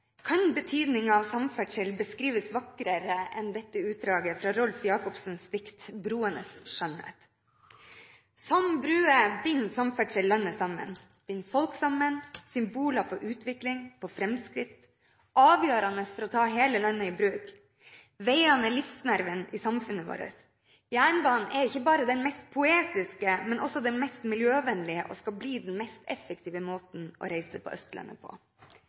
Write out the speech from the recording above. Kan betydningen av samferdsel beskrives vakrere enn dette utdraget fra Rolf Jacobsens dikt «Broenes skjønnhet»? Som bruer binder samferdsel landet sammen; de binder folk sammen, de er symboler på utvikling, på fremskritt, og de er avgjørende for å ta hele landet i bruk. Veiene er livsnerven i samfunnet vårt. Jernbanen er ikke bare den mest poetiske, men også den mest miljøvennlige og skal bli den mest effektive måten å reise på Østlandet på.